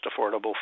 affordable